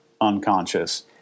unconscious